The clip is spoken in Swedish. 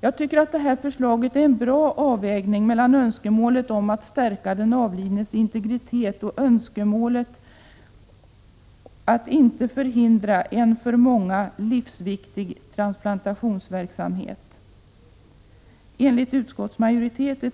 Jag tycker att detta förslag innebär en bra avvägning mellan önskemålet om att stärka den avlidnes integritet och önskemålet att inte hindra en för många livsviktig transplantationsverksamhet. Enligt utskottsmajoriteten